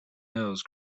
nose